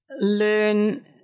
learn